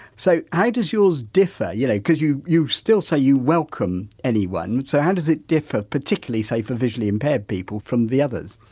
so how does yours differ yeah like because you you still say you welcome anyone, so how does it differ, particularly say, for visually impaired people from the others?